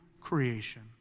creation